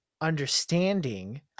understanding